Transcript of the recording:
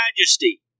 majesty